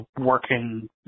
working